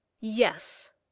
Yes